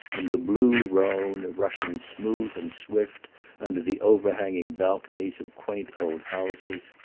and the blue rhone, rushing smooth and swift under the overhanging balconies of quaint old houses.